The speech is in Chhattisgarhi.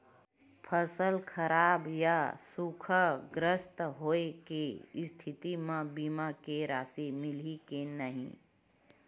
फसल खराब या सूखाग्रस्त होय के स्थिति म बीमा के राशि मिलही के नही?